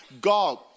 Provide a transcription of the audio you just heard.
God